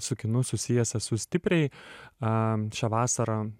su kinu susijęs esu stipriai a šią vasarą